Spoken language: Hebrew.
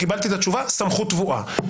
קיבלתי את התשובה סמכות טבועה.